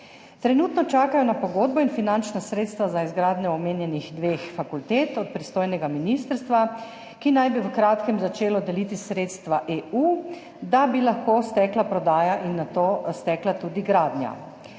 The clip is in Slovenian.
Trenutno čakajo na pogodbo in finančna sredstva za izgradnjo omenjenih dveh fakultet od pristojnega ministrstva, ki naj bi v kratkem začelo deliti sredstva EU, da bi lahko stekla prodaja in nato stekla tudi gradnja.